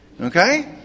Okay